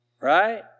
Right